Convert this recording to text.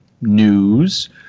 news